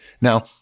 Now